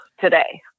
today